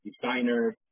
designers